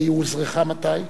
והיא אוזרחה מתי?